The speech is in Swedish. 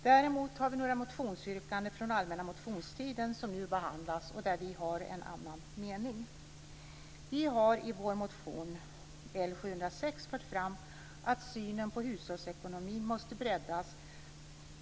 Däremot har vi några motionsyrkanden från allmänna motionstiden där vi har en avvikande mening. Vi har i vår motion L706 fört fram att synen på hushållsekonomin måste breddas.